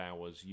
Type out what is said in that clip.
hours